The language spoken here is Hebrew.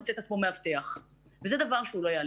מוצא את עצמו מאבטח וזה דבר שלא יעלה